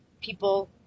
people